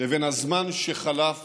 לבין הזמן שחלף